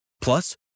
plus